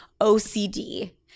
OCD